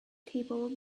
table